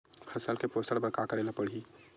फसल के पोषण बर का करेला पढ़ही?